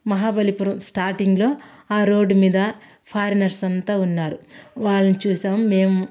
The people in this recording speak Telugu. మహాబలిపురం స్టార్టింగ్లో ఆ రోడ్ మీద ఫారెనర్స్ అంతా ఉన్నారు వాళ్ళని చూసాం మేం